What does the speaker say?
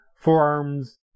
Forearms